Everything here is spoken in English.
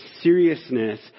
seriousness